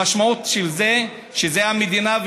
המשמעות של זה היא שזו המדינה,